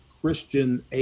Christian